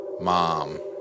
mom